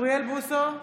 אוריאל בוסו,